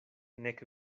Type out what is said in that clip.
nek